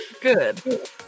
good